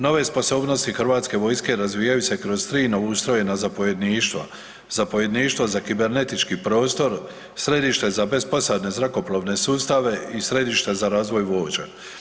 Nove sposobnosti Hrvatske vojske razvijaju se kroz 3 novoustrojena zapovjedništva, zapovjedništvo za kibernetički prostor, središte za besposadne zrakoplovne sustave i središte za razvoj vođa.